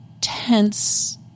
tense